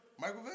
Michael